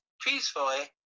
peacefully